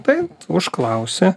tai užklausi